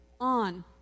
on